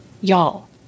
Y'all